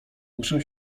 muszę